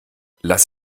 lass